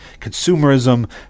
consumerism